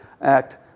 act